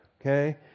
Okay